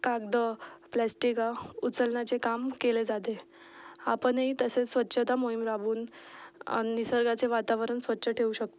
कागदं प्लॅस्टिकं उचलण्याचे काम केले जाते आपणही तसे स्वच्छता मोहीम राबवून निसर्गाचे वातावरण स्वच्छ ठेऊ शकतो